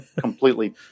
completely